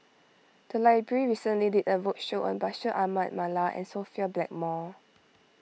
the library recently did a roadshow on Bashir Ahmad Mallal and Sophia Blackmore